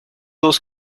dos